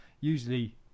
usually